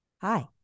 Hi